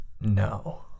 No